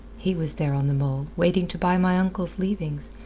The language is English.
he was there on the mole, waiting to buy my uncle's leavings,